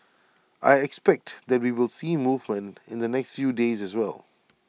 I expect that we will see movement in the next few days as well